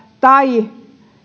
tai